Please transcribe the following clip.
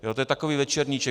To je takový večerníček.